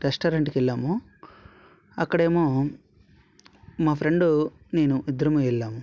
రెస్టారెంట్కి వెళ్ళాము అక్కడేమో మా ఫ్రెండు నేను ఇద్దరం వెళ్ళాము